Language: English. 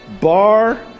bar